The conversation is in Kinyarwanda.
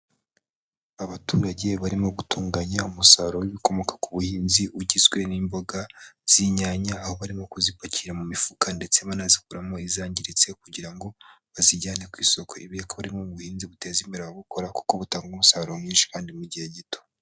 Abaturage barimo gutunganya umusaruro w'ibikomoka ku buhinzi, ugizwe n'imboga z'inyanya. Aho barimo kuzipakira mu mifuka ndetse banazikuramo izangiritse kugira ngo, bazijyane ku isoko. Ibiyakoremo buhinzi buteza imbere gukora, kuko butanga umusaruro mwinshi kandi mu gihe gito.